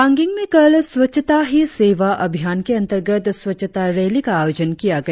पांगिंग में कल स्वच्छता ही सेवा अभियान के अंतर्गत स्वच्छता रैली का आयोजन किया गया